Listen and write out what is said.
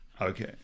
Okay